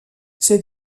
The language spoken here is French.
ces